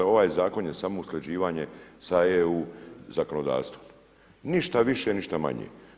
Ovaj Zakon je samo usklađivanje sa EU zakonodavstvom, ništa više, ništa manje.